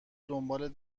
دنبال